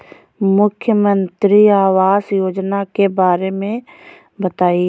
मुख्यमंत्री आवास योजना के बारे में बताए?